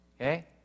okay